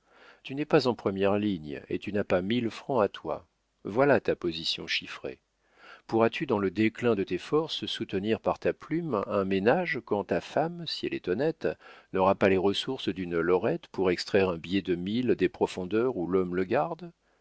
tu n'es pas en première ligne et tu n'as pas mille francs à toi voilà ta position chiffrée pourras-tu dans le déclin de tes forces soutenir par ta plume un ménage quand ta femme si elle est honnête n'aura pas les ressources d'une lorette pour extraire un billet de mille des profondeurs où l'homme le garde